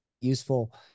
useful